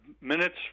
minutes